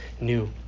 new